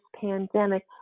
pandemic